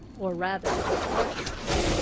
or rather unfortunately,